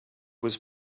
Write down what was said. was